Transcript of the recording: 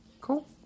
Cool